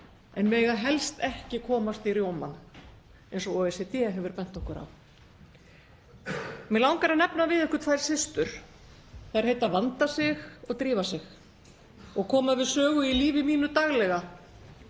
en mega helst ekki komast í rjómann, eins og OECD hefur bent okkur á. Mig langar að nefna við ykkur tvær systur. Þær heita Vanda Sig og Drífa Sig og koma við sögu í lífi mínu daglega.